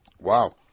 Wow